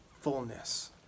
fullness